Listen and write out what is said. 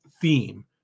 theme